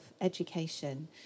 education